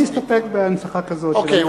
אני אסתפק בהנצחה כזאת, אוקיי.